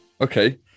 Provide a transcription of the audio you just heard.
okay